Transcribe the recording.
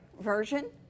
version